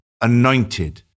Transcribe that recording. anointed